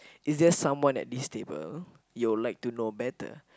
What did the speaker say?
is there someone at this table you would like to know better